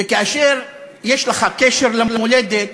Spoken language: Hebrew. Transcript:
וכאשר יש לך קשר למולדת,